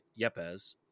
Yepes